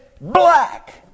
black